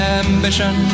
ambition